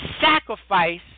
sacrifice